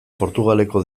portugaleko